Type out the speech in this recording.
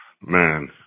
man